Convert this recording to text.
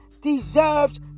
deserves